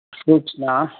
ꯐ꯭ꯔꯨꯠꯁꯅ